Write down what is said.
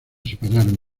separaron